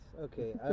Okay